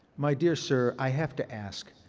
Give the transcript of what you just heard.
my dear sir, i have to ask,